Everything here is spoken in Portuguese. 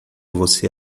você